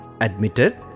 admitted